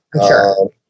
Sure